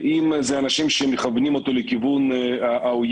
ואם זה אנשים שמכוונים אותו לכיוון האויב,